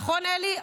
נכון, אלי?